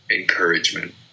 encouragement